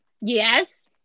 Yes